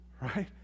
Right